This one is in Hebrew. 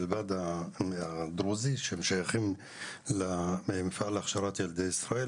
לבד מהדרוזי שהם שייכים למפעל להכשרת ילדי ישראל,